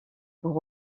pour